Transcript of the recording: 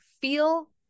feel